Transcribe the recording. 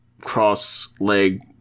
cross-leg